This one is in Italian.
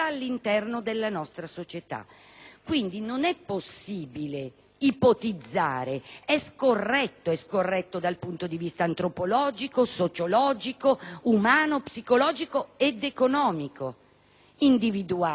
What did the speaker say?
Quindi non è possibile ipotizzare. È scorretto dal punto di vista antropologico, sociologico, umano, psicologico ed economico individuare un reato.